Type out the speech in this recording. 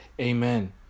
amen